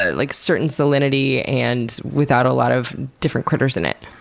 ah like, certain salinity, and without a lot of different critters in it?